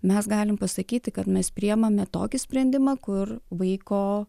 mes galim pasakyti kad mes priėmame tokį sprendimą kur vaiko